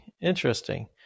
interesting